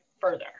further